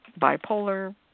bipolar